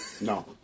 No